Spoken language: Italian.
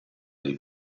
dei